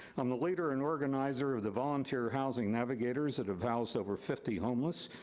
i'm the leader and organizer of the volunteer housing navigators that have housed over fifty homeless,